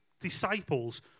disciples